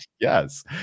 Yes